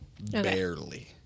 Barely